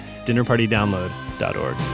dinnerpartydownload.org